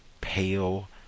pale